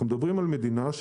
אנחנו מדברים על מדינה,